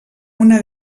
una